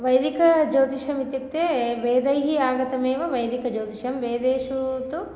वैदिकज्योतिषम् इत्युक्ते वेदैः आगतम् एव वैदिकज्योतिषं वेदेषु तु